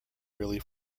really